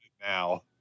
Now